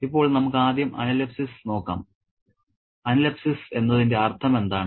ഇപ്പോൾ നമുക്ക് ആദ്യം അനലെപ്സിസ് നോക്കാം അനലെപ്സിസ് എന്നതിന്റെ അർത്ഥമെന്താണ്